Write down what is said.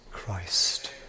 Christ